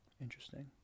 Interesting